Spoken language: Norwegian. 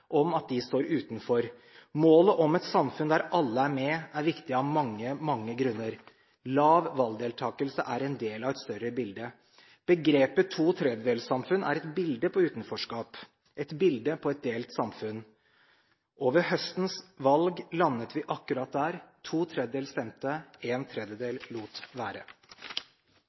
om at de står utenfor. Målet om et samfunn der alle er med, er viktig av mange, mange grunner. Lav valgdeltakelse er en del av et større bilde. Begrepet «to tredjedelssamfunn» er et bilde på utenforskap, et bilde på et delt samfunn. Ved høstens valg landet vi akkurat der – ⅔ stemte, ⅓ lot være.